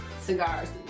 cigars